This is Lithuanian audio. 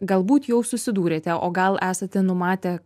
galbūt jau susidūrėte o gal esate numatę